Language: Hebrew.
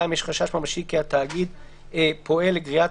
(2)יש חשש ממשי כי התאגיד פועל לגריעת